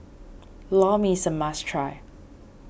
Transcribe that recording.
Lor Mee is a must try